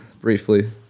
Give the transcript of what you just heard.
briefly